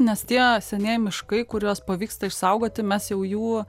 nes tie senieji miškai kuriuos pavyksta išsaugoti mes jau jų